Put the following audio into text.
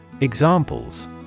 Examples